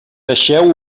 deixeu